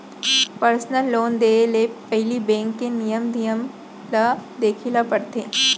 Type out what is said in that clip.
personal loan देय ले पहिली बेंक के नियम धियम ल देखे ल परथे